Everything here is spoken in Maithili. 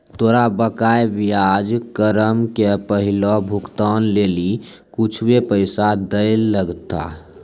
तोरा बकाया ब्याज रकम के पहिलो भुगतान लेली कुछुए पैसा दैयल लगथा